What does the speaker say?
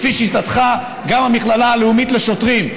לפי שיטתך גם המכללה הלאומית לשוטרים,